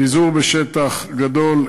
פיזור בשטח גדול,